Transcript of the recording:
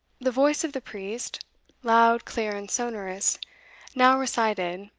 the voice of the priest loud, clear, and sonorous now recited,